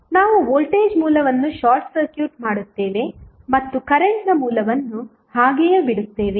ನಾವು ವೋಲ್ಟೇಜ್ ಮೂಲವನ್ನು short circuit ಮಾಡುತ್ತೇವೆ ಮತ್ತು ಕರೆಂಟ್ನ ಮೂಲವನ್ನು ಹಾಗೆಯೇ ಬಿಡುತ್ತೇವೆ